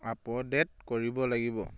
update কৰিব লাগিব